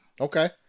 Okay